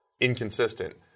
inconsistent